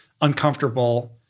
uncomfortable